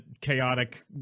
chaotic